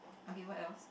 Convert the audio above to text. okay what else